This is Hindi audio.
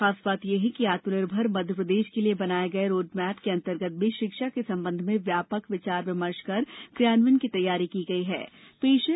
खास बात यह है कि आत्मनिर्भर मध्यप्रदेश के लिए बनाए गए रोड मेप के अंतर्गत भी शिक्षा के संबंध में व्यापक विचार विमर्श कर क्रियान्वयन की तैयारी की गई है